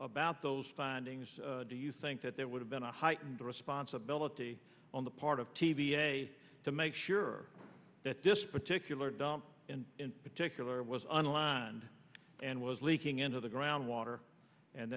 about those findings do you think that there would have been a heightened responsibility on the part of t v a to make sure that this particular dump in particular was online and was leaking into the groundwater and